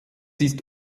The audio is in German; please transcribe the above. ist